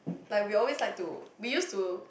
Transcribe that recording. like we always like to we used to